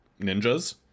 ninjas